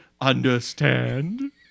Understand